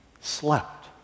slept